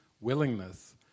willingness